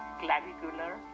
clavicular